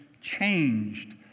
changed